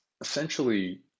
essentially